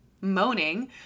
moaning